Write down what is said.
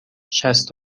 شصت